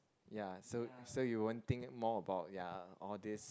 ya so so you won't think more about ya all this